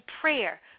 prayer